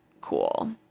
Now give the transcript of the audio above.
cool